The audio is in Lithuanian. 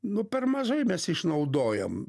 nu per mažai mes išnaudojam